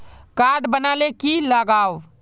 Card बना ले की लगाव?